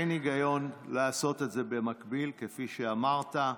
אין היגיון לעשות את זה במקביל, כפי שאמרת.